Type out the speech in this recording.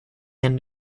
and